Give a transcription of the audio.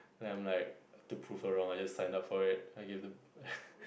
and I'm like to prove her wrong I just signed up for it I gave the